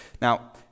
Now